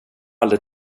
aldrig